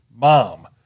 mom